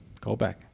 Callback